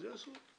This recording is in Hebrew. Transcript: אז יעשו.